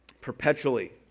perpetually